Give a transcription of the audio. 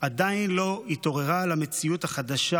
עדיין לא התעוררה למציאות החדשה